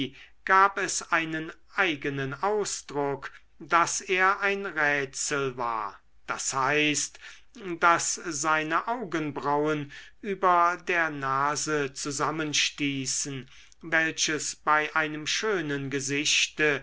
gab es einen eigenen ausdruck daß er ein rätzel war d h daß seine augenbrauen über der nase zusammenstießen welches bei einem schönen gesichte